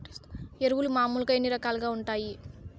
ఎరువులు మామూలుగా ఎన్ని రకాలుగా వుంటాయి?